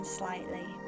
slightly